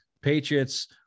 Patriots